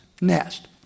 nest